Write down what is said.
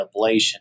ablation